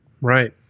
Right